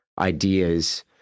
ideas